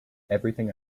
everything